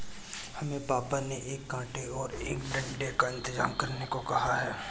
हमें पापा ने एक कांटे और एक डंडे का इंतजाम करने को कहा है